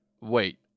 Wait